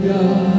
God